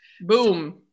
Boom